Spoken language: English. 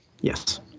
Yes